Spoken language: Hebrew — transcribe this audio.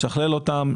לשכלל אותן.